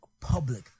public